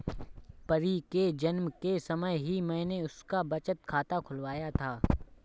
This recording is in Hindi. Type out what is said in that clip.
परी के जन्म के समय ही मैने उसका बचत खाता खुलवाया था